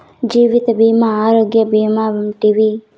జీవిత భీమా ఆరోగ్య భీమా వంటివి